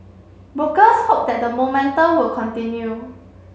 brokers hope that the momentum will continue